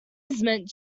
amazement